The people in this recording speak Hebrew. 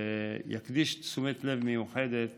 יקדישו תשומת לב מיוחדת